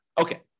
Okay